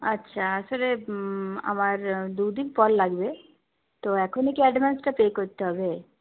আচ্ছা আসলে আমার দুদিন পর লাগবে তো এখনই কি অ্যাডভান্সটা পে করতে হবে